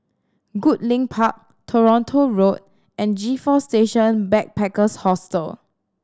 Goodlink Park Toronto Road and G Four Station Backpackers Hostel